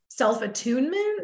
self-attunement